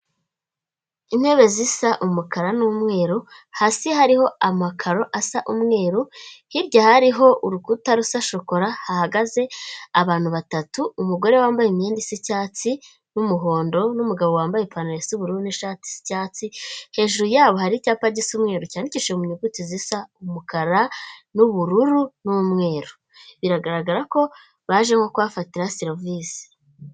Intebe zisa umukara n'umweru, hasi hariho amakaro asa umweru, hirya hariho urukuta rusa shokora hahagaze abantu batatu umugore wambaye imyenda yicyatsi n'umuhondo n'umugabo wambaye ipantaro y'ubururu n'ishati isa icyatsi, hejuru yabo hari icyapa gisa umweru cyandikishije mu nyuguti zisa umukara n'ubururu n'umweru. Biragaragara ko baje nko kuhafatira serivisi.